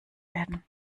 werden